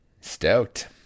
Stout